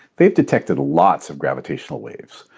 they've detected lots of gravitational waves.